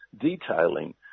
detailing